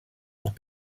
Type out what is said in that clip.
pour